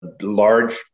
large